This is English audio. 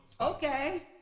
Okay